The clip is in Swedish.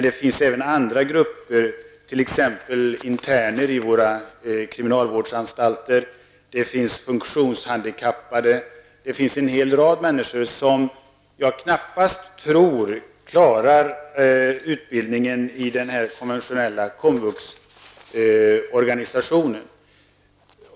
Det finns dock andra grupper, t.ex. interner i våra kriminalvårdsanstalter, funktionshandikappade och en rad människor som jag knappast tror klarar utbildningen i den traditionella komvuxorganisationen.